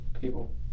People